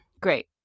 great